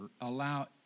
allow